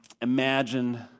Imagine